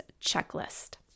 Checklist